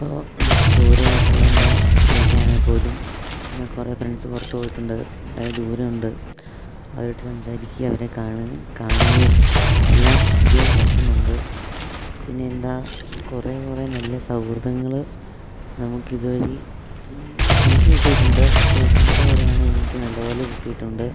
ഇപ്പോള് ദൂരെയായിട്ടുള്ള എൻ്റെ ചേച്ചിയാണേ പോലും പിന്നെ കുറേ ഫ്രണ്ട്സ് പുറത്തുപോയിട്ടുണ്ട് ദൂരെയുണ്ട് അവരുമായിട്ടു സംസാരിക്കുക അവരെ കാണുകയും എല്ലാം ഇതുവഴി പറ്റുന്നുണ്ട് പിന്നെ എന്താ കുറേക്കുറേ നല്ല സൗഹൃദങ്ങള് നമുക്കിതു വഴി എനിക്കു കിട്ടിയിട്ടുണ്ട് പേഴ്സണലി പറയാണെങ്കില് എനിക്കു നല്ല പോലെ കിട്ടിയിട്ടുണ്ട്